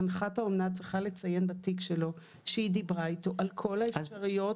מנחת האומנה צריכה לציין בתיק שלו שהיא דיברה איתו על כל האפשרויות.